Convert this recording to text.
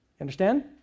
understand